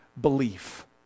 belief